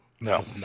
No